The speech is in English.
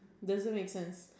doesn't make sense